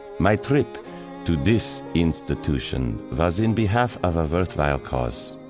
my trip to this institution was in behalf of a worthwhile cause.